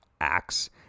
acts